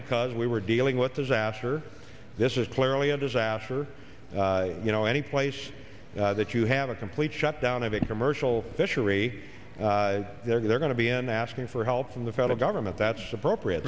because we were dealing with disaster this is clearly disaster you know any place that you have a complete shutdown of a commercial fishery they're going to be in asking for help from the federal government that's appropriate